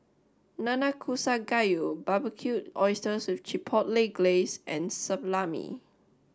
Nanakusa Gayu Barbecued Oysters with Chipotle Glaze and Salami